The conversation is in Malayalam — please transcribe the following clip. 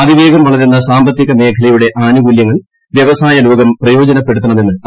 അതിവേഗം വളരുന്ന സാമ്പത്തിക മേഖലയുടെ ആനുകൂല്യങ്ങൾ വ്യവസായ ലോകം പ്രയോജനപ്പെടുത്തണമെന്ന് ചെയ്തു